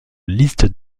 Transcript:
listes